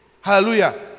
Hallelujah